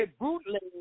bootleg